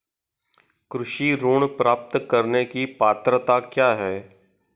कृषि ऋण प्राप्त करने की पात्रता क्या है?